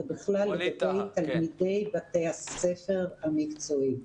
ובכלל לגבי תלמידי בתי הספר המקצועיים.